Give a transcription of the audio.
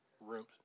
room